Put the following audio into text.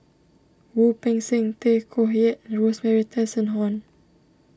Wu Peng Seng Tay Koh Yat and Rosemary Tessensohn